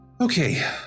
okay